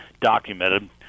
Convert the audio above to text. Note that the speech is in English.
documented